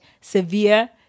severe